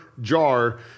Jar